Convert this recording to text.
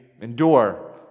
endure